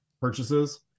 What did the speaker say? purchases